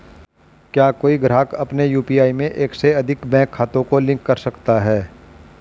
क्या कोई ग्राहक अपने यू.पी.आई में एक से अधिक बैंक खातों को लिंक कर सकता है?